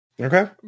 Okay